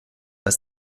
als